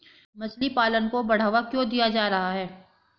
मछली पालन को बढ़ावा क्यों दिया जा रहा है?